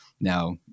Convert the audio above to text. Now